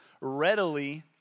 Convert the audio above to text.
readily